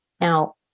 Now